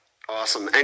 Awesome